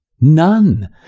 None